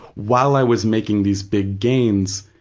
while i was making these big gains,